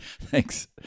thanks